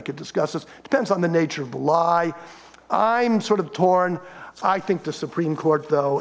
could discuss this depends on the nature of the lie i'm sort of torn i think the supreme court though